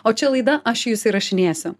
o čia laida aš jus įrašinėsiu